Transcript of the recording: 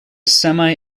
semi